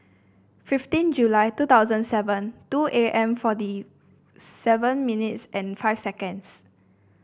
fifteen July two thousand seven two A M forty seven minutes and five seconds